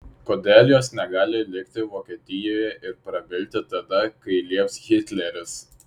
kodėl jos negali likti vokietijoje ir prabilti tada kai lieps hitleris